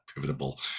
pivotal